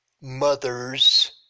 mother's